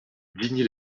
digne